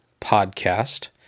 Podcast